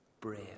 Bread